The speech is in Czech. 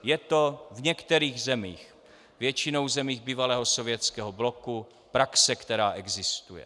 Je to v některých zemích, většinou zemích bývalého Sovětského bloku, praxe, která existuje.